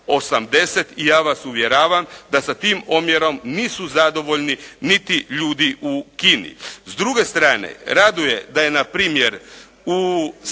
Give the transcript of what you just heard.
I ja vas uvjeravam da sa tim omjerom nisu zadovoljni niti ljudi u Kini. S druge strane, raduje da je npr. u Srbiji